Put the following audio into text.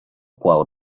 qual